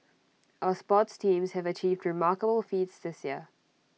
our sports teams have achieved remarkable feats this year